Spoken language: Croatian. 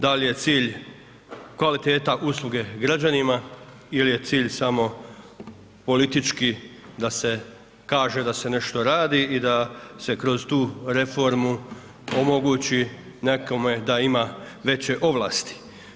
Da li je cilj kvaliteta usluge građanima ili je cilj samo politički da se kaže da se nešto radi i da se kroz tu reformu omogući nekome da ima veće ovlasti.